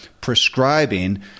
prescribing